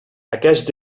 aquest